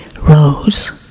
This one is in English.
rose